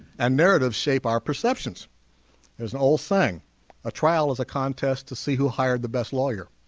and narratives shape our perceptions there's an old saying a trial is a contest to see who hired the best lawyer